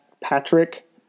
Patrick